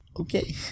okay